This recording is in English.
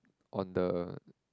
on the